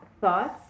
thoughts